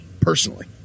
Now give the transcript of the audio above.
Personally